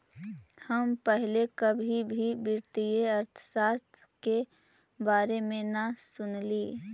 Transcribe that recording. हम पहले कभी भी वित्तीय अर्थशास्त्र के बारे में न सुनली